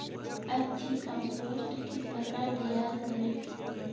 अच्छी कम्पोस्ट किस प्रकार तैयार करें?